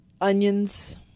onions